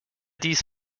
dies